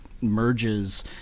merges